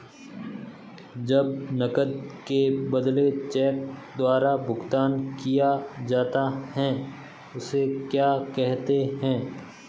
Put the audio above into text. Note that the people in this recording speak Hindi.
जब नकद के बदले चेक द्वारा भुगतान किया जाता हैं उसे क्या कहते है?